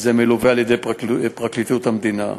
וזה מלווה על-ידי פרקליטות המדינה.